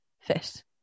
fit